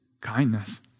kindness